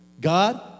God